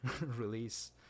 release